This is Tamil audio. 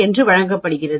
என்று வழங்கப்படுகிறது